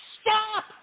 stop